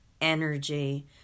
energy